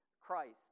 Christ